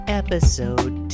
episode